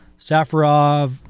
Safarov